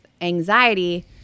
anxiety